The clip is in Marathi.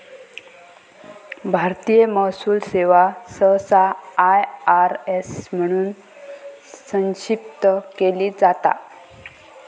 भारतीय महसूल सेवा सहसा आय.आर.एस म्हणून संक्षिप्त केली जाता